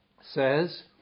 says